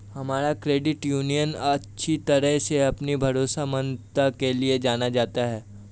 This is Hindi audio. हमारा क्रेडिट यूनियन अच्छी तरह से अपनी भरोसेमंदता के लिए जाना जाता है